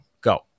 Go